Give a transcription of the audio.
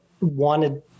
wanted